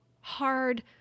hard